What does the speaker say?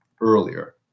earlier